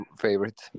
favorite